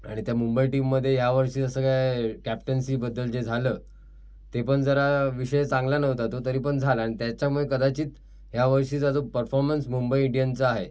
आणि त्या मुंबई टीममध्ये ह्या वर्षी जसं काय कॅप्टन्सीबद्दल जे झालं ते पण जरा विषय चांगला नव्हता तो तरी पण झालं आणि त्याच्यामुळे कदाचित ह्या वर्षीचा जो परफॉर्मन्स मुंबई इंडियनचा आहे